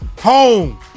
Home